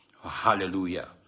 Hallelujah